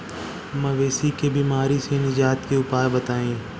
मवेशी के बिमारी से निजात के उपाय बताई?